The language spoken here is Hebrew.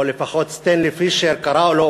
או לפחות סנטלי פישר קרא לו,